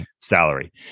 salary